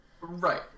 Right